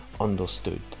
understood